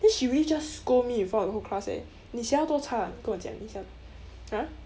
then she really just scold me in front of the whole class eh 你想要多差你跟我讲你想 !huh!